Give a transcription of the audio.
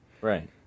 Right